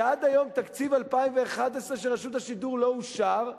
שעד היום תקציב 2011 של רשות השידור לא אושר,